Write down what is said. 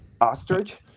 Ostrich